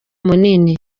munini